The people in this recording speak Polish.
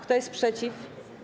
Kto jest przeciw?